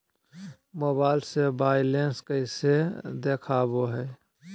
Mobile से बायलेंस कैसे देखाबो है?